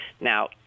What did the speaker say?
Now